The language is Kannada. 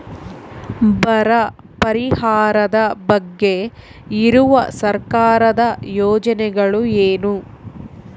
ಬರ ಪರಿಹಾರದ ಬಗ್ಗೆ ಇರುವ ಸರ್ಕಾರದ ಯೋಜನೆಗಳು ಏನು?